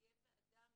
תהיה ועדה מהותית,